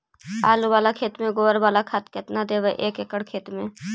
आलु बाला खेत मे गोबर बाला खाद केतना देबै एक एकड़ खेत में?